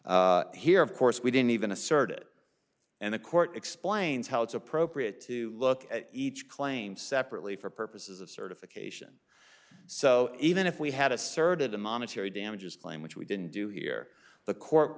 here of course we didn't even asserted and the court explains how it's appropriate to look at each claim separately for purposes of certification so even if we had asserted a monetary damages claim which we didn't do here the court